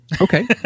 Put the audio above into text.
Okay